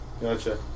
Gotcha